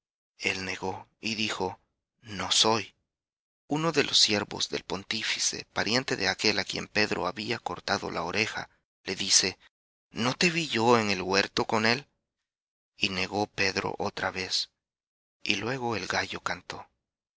el negó y dijo no soy uno de los siervos del pontífice pariente de aquél á quien pedro había cortado la oreja dice no te vi yo en el huerto con él y negó pedro otra vez y luego el gallo cantó